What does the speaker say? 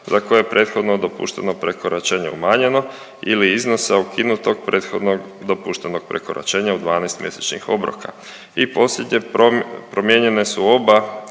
za koje je prethodno dopušteno prekoračenje umanjeno ili iznosa ukinutog prethodnog dopuštenog prekoračenja u 12 mjesečnih obroka. I posljednje, promijenjene su oba